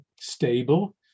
stable